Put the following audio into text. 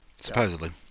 Supposedly